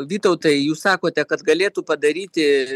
vytautai jūs sakote kad galėtų padaryti